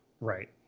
Right